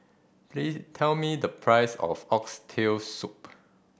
please tell me the price of Oxtail Soup